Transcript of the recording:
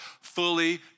fully